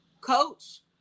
coach